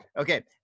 Okay